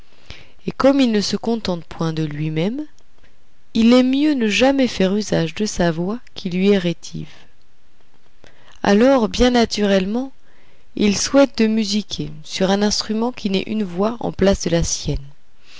et comme il ne se contente point lui-même il aime mieux ne jamais faire usage de sa voix qui lui est rétive alors bien naturellement il souhaite de musiquer sur un instrument qui ait une voix en place